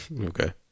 Okay